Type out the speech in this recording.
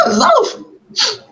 love